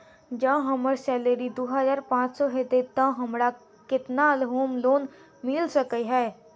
जँ हम्मर सैलरी दु हजार पांच सै हएत तऽ हमरा केतना होम लोन मिल सकै है?